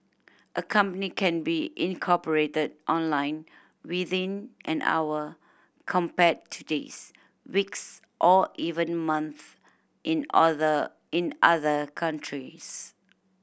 a company can be incorporated online within an hour compared to days weeks or even months in other in other countries